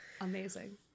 Amazing